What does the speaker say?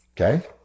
okay